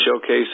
showcase